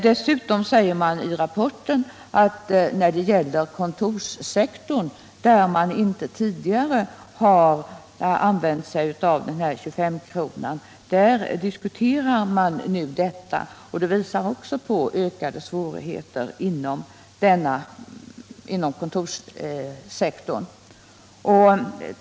Vidare sägs i rapporten att man inom kontorssektorn, som inte tidigare använt sig av 25-kronan, nu överväger att göra detta. Det visar på ökade svårigheter också inom kontorssektorn.